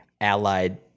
allied